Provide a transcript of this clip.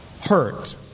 hurt